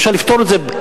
אפשר לפתור את זה ככה,